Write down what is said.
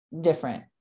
different